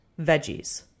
veggies